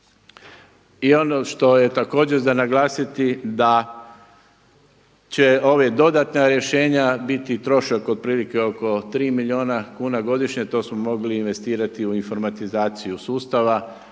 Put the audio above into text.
I ono što je također za naglasiti da će ova dodatna rješenja biti trošak otprilike oko tri milijuna kuna godišnje. To smo mogli investirati u informatizaciju sustava